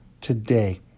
today